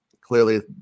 clearly